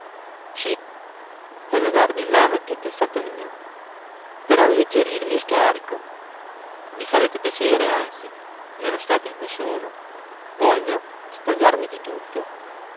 sì voglio darvi in mano tutto il fatto mio per alleggerirmi il carico i farete piacere anzi nello stato in cui sono voglio spogliarmi di tutto